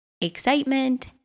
excitement